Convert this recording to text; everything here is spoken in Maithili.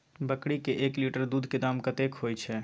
बकरी के एक लीटर दूध के दाम कतेक होय छै?